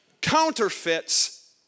counterfeits